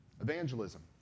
Evangelism